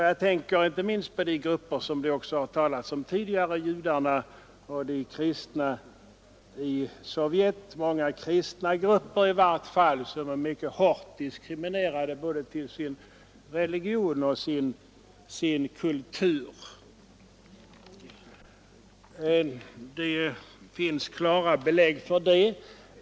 Jag tänker inte minst på grupper som det talats om tidigare: judarna och de kristna i Sovjet. Många kristna grupper är mycket hårt diskriminerade i vad gäller både deras religion och deras kultur. Det finns klara belägg för det.